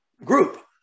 group